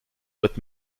with